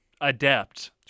adept